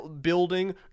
building